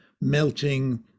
melting